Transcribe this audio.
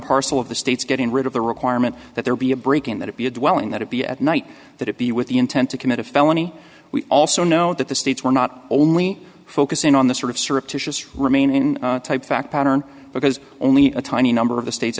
parcel of the state's getting rid of the requirement that there be a break in that it be a dwelling that it be at night that it be with the intent to commit a felony we also know that the states were not only focusing on the sort of surreptitious remain in type fact pattern because only a tiny number of the states